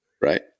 right